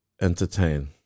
entertain